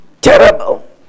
terrible